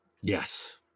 Yes